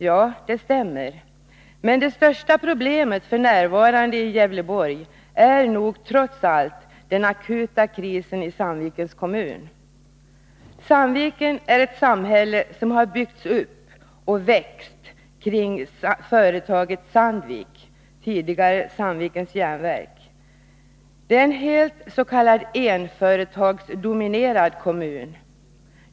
Ja, det stämmer. Men det största problemet f. n. i Gävleborgs län är nog trots allt den akuta krisen i Sandvikens kommun. Sandviken är ett samhälle som har byggts upp och vuxit kring företaget Sandvik AB, tidigare Sandvikens Jernverk. Det är en helt s.k. enföretagsdominerad kommun.